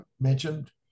mentioned